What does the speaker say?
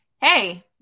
Hey